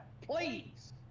please